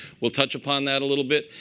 we'll touch upon that a little bit.